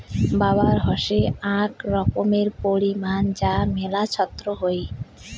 rubber হসে আক রকমের পলিমার যা মেলা ছক্ত হই